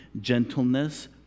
gentleness